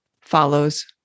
follows